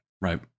Right